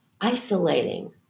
isolating